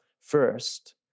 first